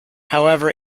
however